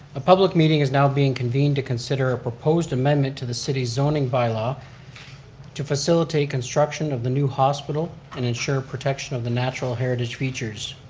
a public meeting is now being convened to consider a proposed amendment to the city's zoning bylaw to facilitate construction of the new hospital and ensure protection of the natural heritage features,